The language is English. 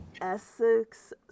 Essex